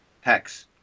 Hex